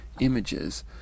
images